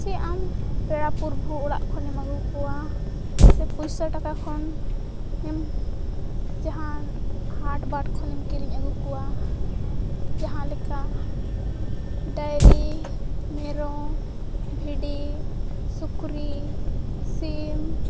ᱪᱮ ᱟᱢ ᱯᱮᱲᱟ ᱯᱚᱨᱵᱷᱩ ᱚᱲᱟᱜ ᱠᱷᱚᱱᱮᱢ ᱟᱹᱜᱩ ᱠᱚᱣᱟ ᱥᱮ ᱯᱩᱭᱥᱟᱹ ᱴᱟᱠᱟ ᱠᱷᱚᱱ ᱮᱢ ᱡᱟᱦᱟᱱ ᱦᱟᱴᱵᱟᱴ ᱠᱷᱚᱱᱮᱢ ᱠᱤᱨᱤᱧ ᱟᱹᱜᱩ ᱠᱚᱣᱟ ᱡᱟᱦᱟᱸ ᱞᱮᱠᱟ ᱰᱟᱭᱨᱤ ᱢᱮᱨᱚᱢ ᱵᱷᱤᱰᱤ ᱥᱩᱠᱨᱤ ᱥᱤᱢ